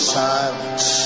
silence